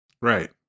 Right